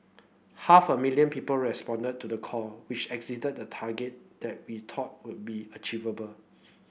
half a million people responded to the call which exceeded the target that we thought would be achievable